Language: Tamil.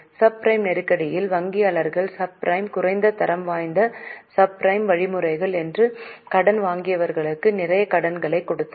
சப் பிரைம் நெருக்கடியில் வங்கியாளர்கள் சப் பிரைம் குறைந்த தரம் வாய்ந்த சப் பிரைம் வழிமுறைகள் என்று கடன் வாங்கியவர்களுக்கு நிறைய கடன்களைக் கொடுத்தனர்